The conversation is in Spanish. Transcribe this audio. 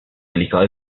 delicado